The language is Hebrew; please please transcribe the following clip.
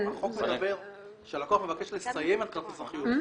החוק מדבר על זה שהלקוח מבקש לסיים את כרטיס החיוב,